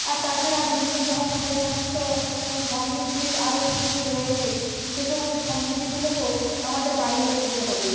আর তাছাড়া বিভিন্ন ধরনের যে সমস্ত ও সমৃদ্ধির আরও কিছু রয়েছে সে সমস্ত সমৃদ্ধিগুলোকেও আমাদের বাড়িয়ে তুলতে হবে